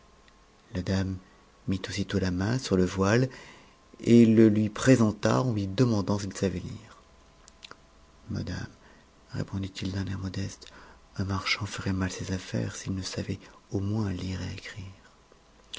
la dame mit aussitôt la main sur le voile et le h présenta en lui demandant s'il savait lire madame répoudit i d'nn modeste un marchand ferait mal ses affaires s'il ne savait au moins lire et écrire